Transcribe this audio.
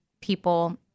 people